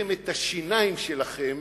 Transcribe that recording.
ונעצתם את השיניים שלכם